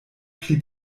pli